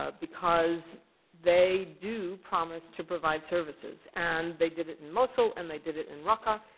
ah because they do promise to provide services. and they did it in mosul. and they did it in raqqa.